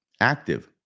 active